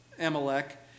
Amalek